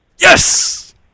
Yes